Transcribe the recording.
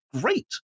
great